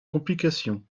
complications